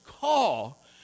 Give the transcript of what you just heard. call